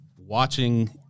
watching